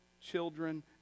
children